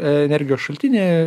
energijos šaltinį